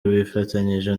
bifatanyije